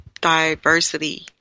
diversity